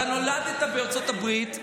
אתה נולדת בארצות הברית,